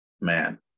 man